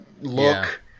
look